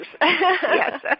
Yes